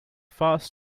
fast